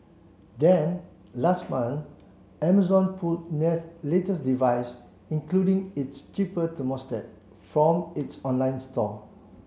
then last month Amazon pulled Nest latest devices including its cheaper thermostat from its online store